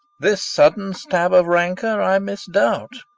this sudden stab of rancour i misdoubt